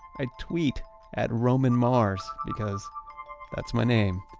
i tweet at romanmars, because that's my name.